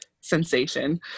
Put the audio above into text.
sensation